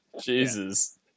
Jesus